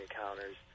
encounters